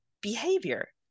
behavior